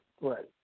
Right